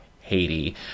Haiti